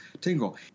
tingle